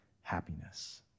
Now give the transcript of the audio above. happiness